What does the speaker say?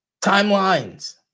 timelines